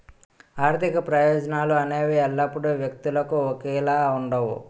ఆర్థిక ప్రయోజనాలు అనేవి ఎల్లప్పుడూ వ్యక్తులకు ఒకేలా ఉండవు